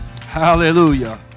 Hallelujah